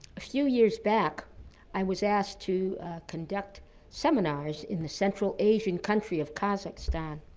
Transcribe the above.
a few years back i was asked to conduct seminars in the central asian country of kazakhstan,